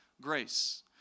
grace